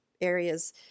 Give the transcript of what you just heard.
areas